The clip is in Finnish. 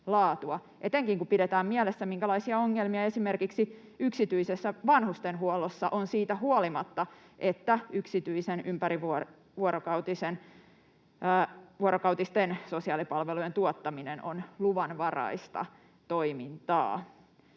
etenkin kun pidetään mielessä, minkälaisia ongelmia esimerkiksi yksityisessä vanhustenhuollossa on siitä huolimatta, että yksityinen ympärivuorokautisten sosiaalipalvelujen tuottaminen on luvanvaraista toimintaa.